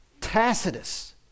Tacitus